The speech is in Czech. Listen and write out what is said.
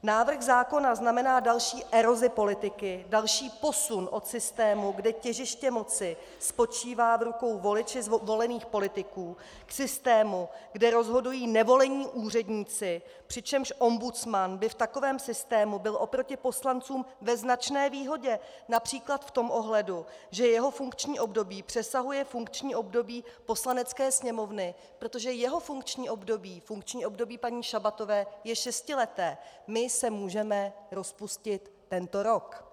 Návrh zákona znamená další erozi politiky, další posun od systému, kde těžiště moci spočívá v rukou voliči zvolených politiků, k systému, kde rozhodují nevolení úředníci, přičemž ombudsman by v takovém systému byl oproti poslancům ve značné výhodě, například v tom ohledu, že jeho funkční období přesahuje funkční období Poslanecké sněmovny, protože jeho funkční období, funkční období paní Šabatové, je šestileté, a my se můžeme rozpustit tento rok.